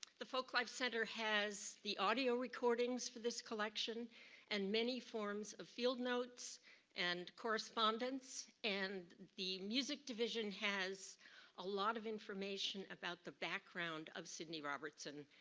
the folk life center has the audio recordings for this collection and many forms of field notes and correspondence. and the music division has a lot of information about the background of sidney robertson,